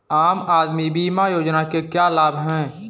आम आदमी बीमा योजना के क्या लाभ हैं?